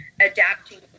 adapting